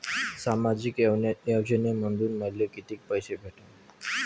सामाजिक योजनेमंधून मले कितीक पैसे भेटतीनं?